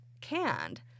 canned